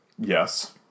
Yes